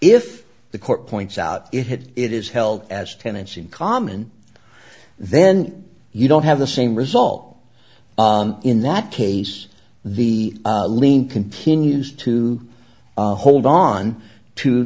if the court points out it had it is held as tenants in common then you don't have the same result in that case the lien continues to hold on to